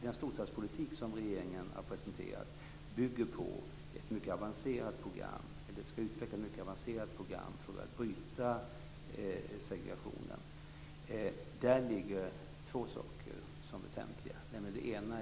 Den storstadspolitik som regeringen har presenterat skall utveckla ett mycket avancerat program för att bryta segregationen. Där finns två väsentliga saker.